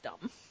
dumb